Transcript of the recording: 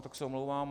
Tak se omlouvám.